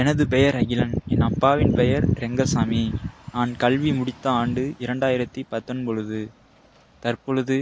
எனது பெயர் அகிலன் என் அப்பாவின் பெயர் ரெங்கசாமி நான் கல்வி முடித்த ஆண்டு இரண்டாயிரத்தி பத்தன்பொது தற்பொழுது